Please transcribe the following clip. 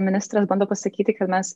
ministras bando pasakyti kad mes